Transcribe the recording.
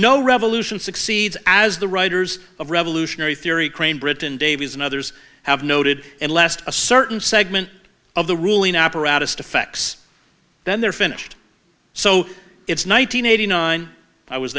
no revolution succeeds as the writers of revolutionary theory crane britain davies and others have noted and last a certain segment of the ruling apparatus to facts then they're finished so it's one nine hundred eighty nine i was